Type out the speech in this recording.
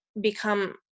become